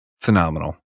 phenomenal